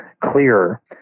clearer